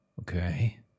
Okay